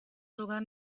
sogar